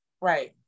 right